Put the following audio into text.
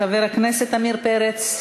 חבר הכנסת עמיר פרץ.